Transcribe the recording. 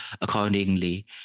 accordingly